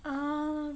um